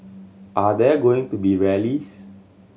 are there going to be rallies